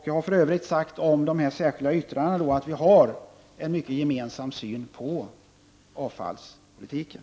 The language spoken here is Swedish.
Jag har för övrigt om de särskilda yttrandena sagt att vi i mycket har en gemensam syn på avfallspolitiken.